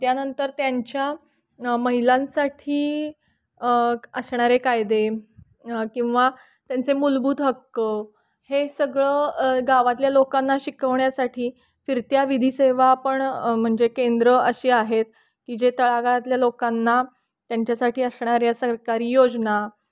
त्यानंतर त्यांच्या महिलांसाठी असणारे कायदे किंवा त्यांचे मूलभूत हक्क हे सगळं गावातल्या लोकांना शिकवण्यासाठी फिरत्या विधीसेवा पण म्हणजे केंद्र असे आहे की जे तळागळातल्या लोकांना त्यांच्यासाठी असणाऱ्या सरकारी योजना